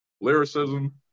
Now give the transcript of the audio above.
lyricism